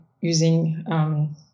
using